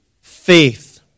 faith